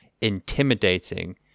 intimidating